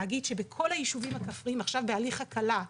להגיד שבכל היישובים הכפריים עכשיו בהליך הקלה,